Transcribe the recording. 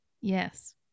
yes